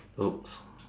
!oops!